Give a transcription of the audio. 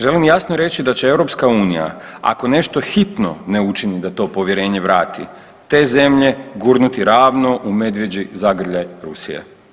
Želim jasno reći da će EU ako nešto hitno ne učini da to povjerenje vrati te zemlje gurnuti ravno u medvjeđi zagrljaj Rusije.